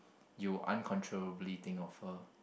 you uncontrollably think of her